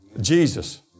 Jesus